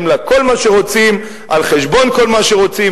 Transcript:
לה כל מה שרוצים על חשבון כל מה שרוצים.